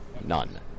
None